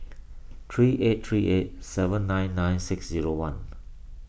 three eight three eight seven nine nine six zero one